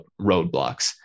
roadblocks